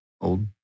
old